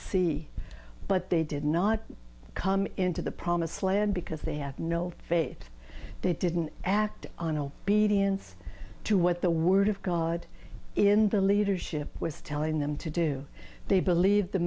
sea but they did not come into the promised land because they have no faith they didn't act on a b d ans to what the word of god in the leadership was telling them to do they believed the